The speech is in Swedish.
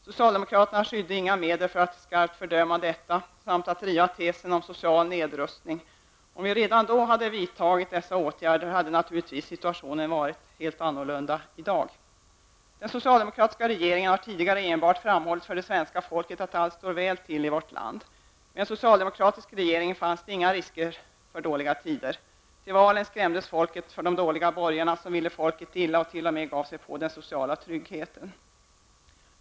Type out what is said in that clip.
Socialdemokraterna skydde inga medel för att skarpt fördöma detta samt att driva tesen om social nedrustning. Situationen i dag hade naturligtvis varit helt annorlunda om vi redan då hade vidtagit dessa åtgärder. Den socialdemokratiska regeringen har tidigare enbart framhållit för det svenska folket att allt står väl till i vårt land. Det finns inga risker för dåliga tider med en socialdemokratisk regering. Inför valen skrämdes folket för de dåliga borgarna, som ville folket illa och t.o.m. gav sig på den sociala tryggheten.